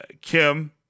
Kim